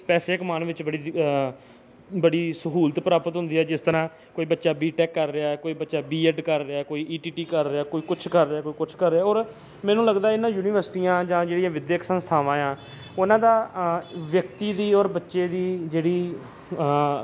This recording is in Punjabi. ਪੈਸੇ ਕਮਾਉਣ ਵਿੱਚ ਬੜੀ ਬੜੀ ਸਹੂਲਤ ਪ੍ਰਾਪਤ ਹੁੰਦੀ ਆ ਜਿਸ ਤਰ੍ਹਾਂ ਕੋਈ ਬੱਚਾ ਬੀਟੈੱਕ ਕਰ ਰਿਹਾ ਕੋਈ ਬੱਚਾ ਬੀਐਡ ਕਰ ਰਿਹਾ ਕੋਈ ਈਟੀਟੀ ਕਰ ਰਿਹਾ ਕੋਈ ਕੁਛ ਕਰ ਰਿਹਾ ਕੋਈ ਕੁਛ ਕਰ ਰਿਹਾ ਔਰ ਮੈਨੂੰ ਲੱਗਦਾ ਇਹਨਾਂ ਯੂਨੀਵਰਸਿਟੀਆਂ ਜਾਂ ਜਿਹੜੀਆਂ ਵਿਦਿਅਕ ਸੰਸਥਾਵਾਂ ਆ ਉਹਨਾਂ ਦਾ ਵਿਅਕਤੀ ਦੀ ਔਰ ਬੱਚੇ ਦੀ ਜਿਹੜੀ